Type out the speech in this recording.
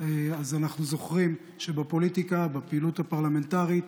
אז אנחנו זוכרים שבפוליטיקה, בפעילות הפרלמנטרית,